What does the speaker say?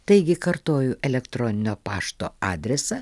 taigi kartoju elektroninio pašto adresą